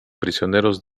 prisioneros